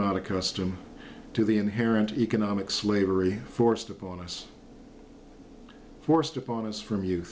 not accustom to the inherent economic slavery forced upon us forced upon us from you